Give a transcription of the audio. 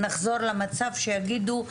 נחזור למצב שיגידו,